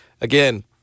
again